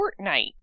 Fortnite